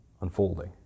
unfolding